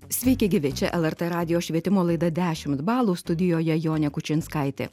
sveiki gyvi čia lrt radijo švietimo laida dešimt balų studijoje jonė kučinskaitė